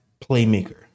playmaker